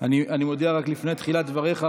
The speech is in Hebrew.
אני מודיע רק לפני תחילת דבריך,